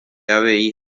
avei